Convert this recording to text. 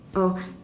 oh